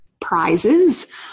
prizes